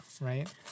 right